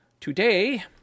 today